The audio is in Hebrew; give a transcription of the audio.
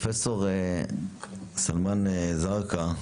פרופסור סלמאן זרקא,